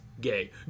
gay